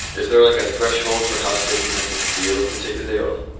is there like a threshold for how sick you have to feel to take the day off?